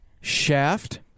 Shaft